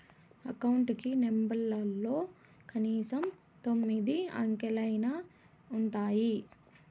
account కి నెంబర్లలో కనీసం తొమ్మిది అంకెలైనా ఉంటాయి